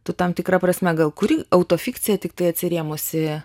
tu tam tikra prasme gal kuri autofikciją tiktai atsirėmusi